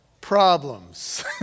problems